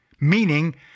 meaning